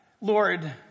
Lord